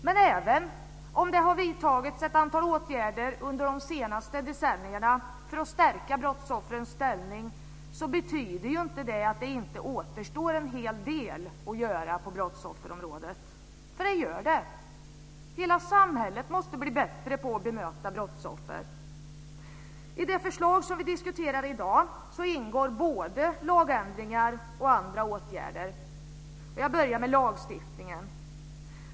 Men även om ett antal åtgärder har vidtagits under de senaste decennierna för att stärka brottsoffrens ställning så betyder inte det att det inte återstår en hel del att göra på brottsofferområdet. För det gör det - hela samhället måste bli bättre på att bemöta brottsoffer. I det förslag som vi diskuterar i dag ingår både lagändringar och andra åtgärder. Jag börjar med lagstiftningen.